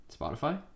Spotify